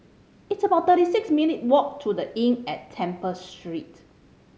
it's about thirty six minute walk to The Inn at Temple Street